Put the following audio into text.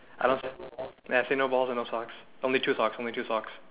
I don't yeah I see no balls and no socks only two socks only two socks